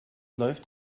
läuft